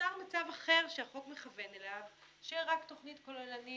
נוצר מצב אחר שהחוק מכוון אליו שרק תכנית כוללנית